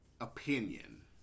opinion